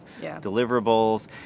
deliverables